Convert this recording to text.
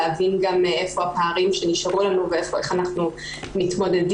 להבין גם איפה הפערים שנשארו לנו ואיך אנחנו מתמודדים